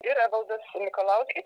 ir evaldas mikalauskis